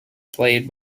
played